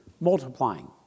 multiplying